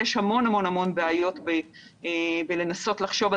יש המון המון בעיות בניסיון לחשוב על